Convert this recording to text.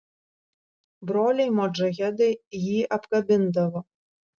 broliai modžahedai jį apkabindavo